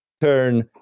turn